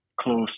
close